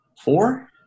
four